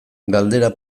galdera